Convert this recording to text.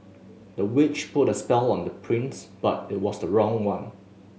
the witch put a spell on the prince but it was the wrong one